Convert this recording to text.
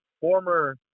former